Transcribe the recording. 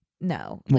No